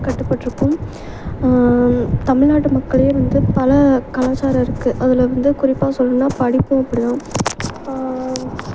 கட்டப்பட்டிருக்கும் தமிழ்நாட்டு மக்களையே வந்து பல கலாச்சாரம் இருக்குது அதில் வந்து குறிப்பாக சொல்லணுன்னா படிப்பும் அப்படி தான்